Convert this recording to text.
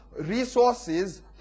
resources